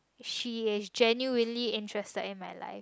she generally interested in my life